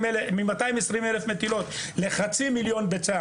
מ-220,000 ביצים לחצי מיליון ביצים,